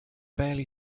barely